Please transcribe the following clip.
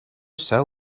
sell